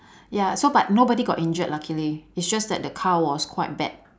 ya so but nobody got injured luckily it's just that the car was quite bad